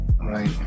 right